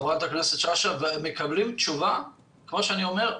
חברת הכנסת שאשא, ומקבלים תשובה און-ליין.